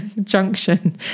junction